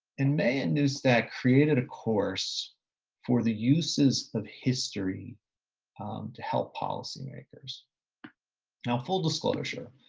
and may and neustadt created a course for the uses of history to help policy makers. now, full disclosure,